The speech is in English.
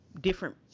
different